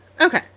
okay